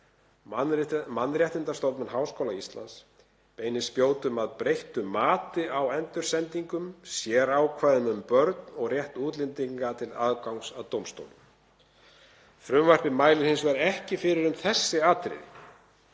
Mannréttindastofnun Háskóla Íslands beinir spjótum að breyttu mati á endursendingum, sérákvæðum um börn og rétti útlendinga til aðgangs að dómstólum. Frumvarpið mælir hins vegar ekki fyrir um þessi atriði.